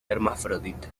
hermafrodita